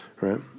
right